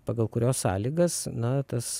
pagal kurios sąlygas na tas